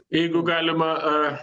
jeigu galima a